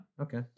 Okay